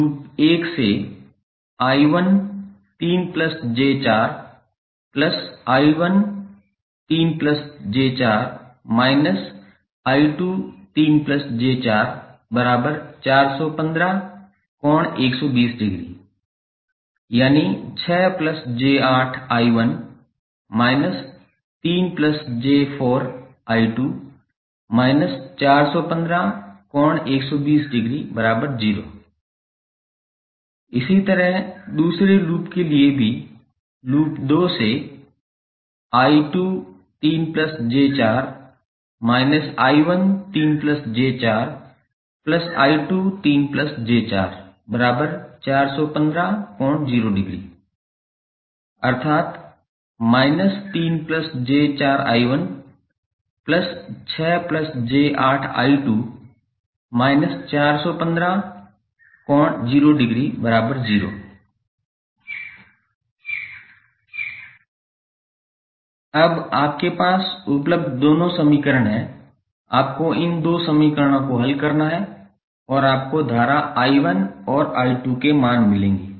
loop 1 से I13 j4 I13 j4 − I23 j4 415∠120◦ यानी 6 j8 I1 − 3 j4 I2 − 415∠120◦ 0 इसी तरह दूसरे लूप के लिए भी लूप 2 से I23 j4 − I13 j4 I23 j4 415∠0◦ अर्थात −3 j4 I1 6 j8 I2 − 415∠0◦ 0 अब आपके पास उपलब्ध दोनों समीकरण हैं आपको इन दो समीकरणों को हल करना है और आपको धारा I1 और I2 के मान मिलेंगे